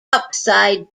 upside